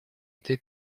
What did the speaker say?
этой